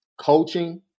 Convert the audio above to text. coaching